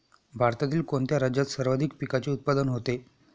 भारतातील कोणत्या राज्यात सर्वाधिक पिकाचे उत्पादन होते?